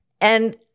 And-